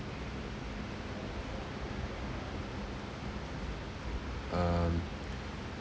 um